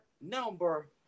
number